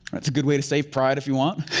that's a good way to save pride if you want,